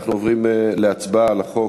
אנחנו עוברים להצבעה על החוק.